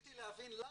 כשניסיתי להבין למה,